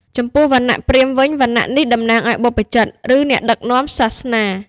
ចំពោះវណ្ណៈព្រាហ្មណ៍វិញ វណ្ណៈនេះតំណាងឲ្យបព្វជិត ឬអ្នកដឹកនាំសាសនា។